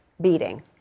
beating